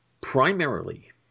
primarily